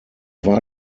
war